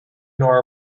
nor